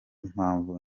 mpamvu